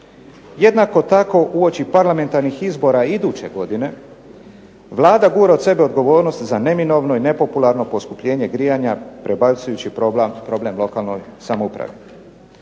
jednako tako uoči parlamentarnih izbora iduće godine Vlada gura od sebe odgovornost za neminovno i nepopularno poskupljenje grijanja prebacujući problem lokalnoj samoupravi.